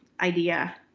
idea